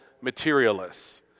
materialists